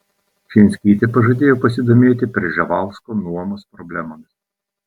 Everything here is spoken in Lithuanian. čijunskytė pažadėjo pasidomėti prževalsko nuomos problemomis